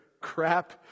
crap